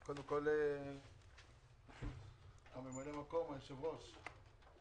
קודם כול, ממלא מקום היושב-ראש,